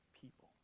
people